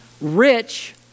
rich